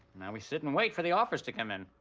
now we sit and wait for the offers to come in.